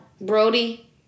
brody